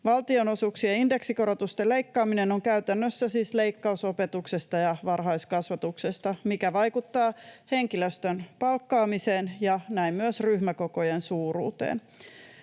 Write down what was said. Valtionosuuksien indeksikorotusten leikkaaminen on käytännössä siis leikkaus opetuksesta ja varhaiskasvatuksesta, mikä vaikuttaa henkilöstön palkkaamiseen ja näin myös ryhmäkokojen suuruuteen.